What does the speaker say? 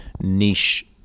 niche